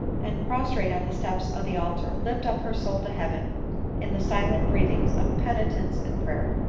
and, prostrate on the steps of the altar, lift up her soul to heaven in the silent breathings of penitence and prayer.